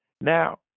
Now